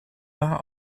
war